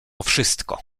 wszystko